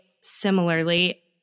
similarly